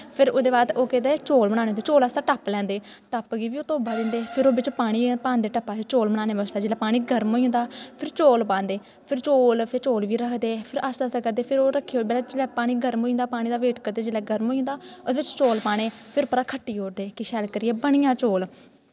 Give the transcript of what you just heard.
फिर ओह्दे बाद ओह् केह् करदे चौल बनाने होंदे चौल बास्तै टप्प लैंदे टप्प गी बी ओह् तोब्बा दिंदे फिर ओह् पानी पांदे टप्पा च चौल बनाने बास्तै जेल्लै पानी गर्म होई जंदा फिर चौल पांदे फिर चौल फिर चौल बी रखदे फिर आस्ता आस्ता करदे फिर ओह् रक्खी ओड़दे फिर पानी गर्म होई जंदा पानी दा वेट करदे जेल्लै पानी होई जंदा ओह्दे च चौल पाने फिर उप्परा खट्टी ओड़दे कि शैल करियै बनी जा चौल